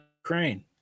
Ukraine